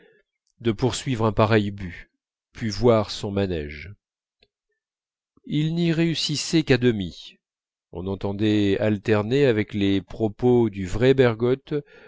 de poursuivre un pareil but pût voir son manège il n'y réussissait qu'à demi on entendait alterner avec les propos du vrai bergotte